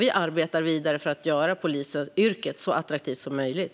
Vi arbetar vidare för att göra polisyrket så attraktivt som möjligt.